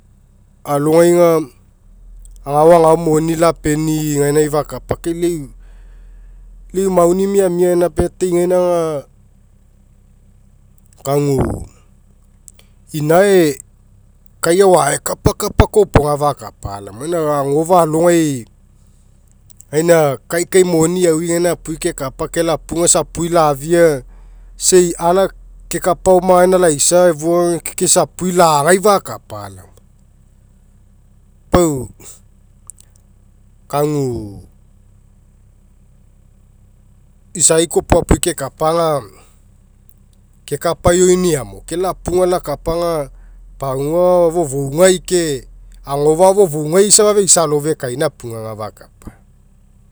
Alogai aga agao agao moni tapenii gainai fakapa ke lau lau eu mauni miamia gaina birthday gaina aga kagu inae kai agao aekapakapa kopoga aga fakapa laoma. Gama agofa'a alogai gaina kai kai moni aui gaina apui kekapa ke lau apu aga isa apui lafia isa alakekapa oma laisa efua aga ke isa apui lagai fakapa laoma. Pau kagu isai kopoga apui kekapa aga. Kekapa laoinano ke lau apu alakaga pagua fofougai ke agofa'a fofou safa feisa alofekaina aga apugai fakapa